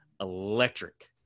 electric